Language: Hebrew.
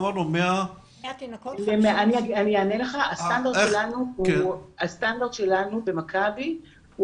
ואמרנו שזה 1:100. הסטנדרט שלנו במכבי הוא